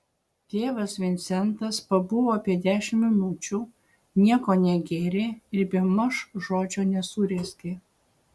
tėvas vincentas pabuvo apie dešimt minučių nieko negėrė ir bemaž žodžio nesurezgė